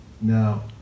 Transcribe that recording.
Now